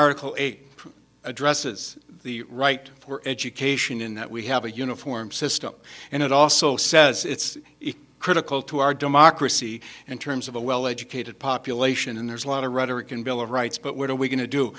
article eight addresses the right for education in that we have a uniform system and it also says it's critical to our democracy in terms of a well educated population and there's a lot of rhetoric and bill of rights but what are we going to do